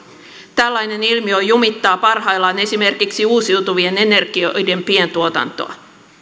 tällainen ilmiö jumittaa parhaillaan esimerkiksi uusiutuvien energioiden pientuotantoa